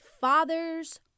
Father's